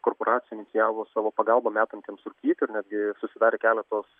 korporacijų inicijavo savo pagalbą metantiems rūkyti ir netgi susidarė keletos